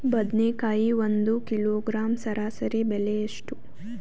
ಬದನೆಕಾಯಿ ಒಂದು ಕಿಲೋಗ್ರಾಂ ಸರಾಸರಿ ಬೆಲೆ ಎಷ್ಟು?